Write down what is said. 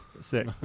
Sick